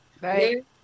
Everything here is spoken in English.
Right